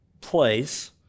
place